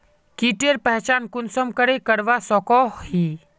कीटेर पहचान कुंसम करे करवा सको ही?